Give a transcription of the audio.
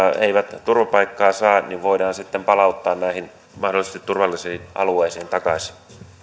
eivät turvapaikkaa saa voidaan sitten palauttaa näille mahdollisesti turvallisille alueille takaisin